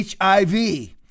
HIV